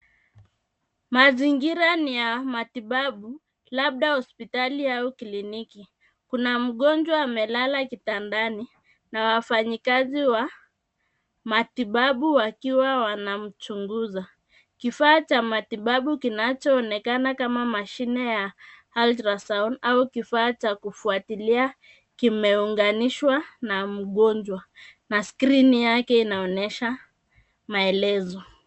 Mazingira ni ya matibabu labda hospitali au kiliniki. Kuna mgonjwa amelala kitandani na wafanyikazi wa matibabu wakiwa wanamchunguza. Kifaa cha matibabu kinachoonekana kama mashine ya ultrasound au kifaa cha kufuatilia kimeunganishwa na mgonjwa na skrini yake inaonyesha maelezo.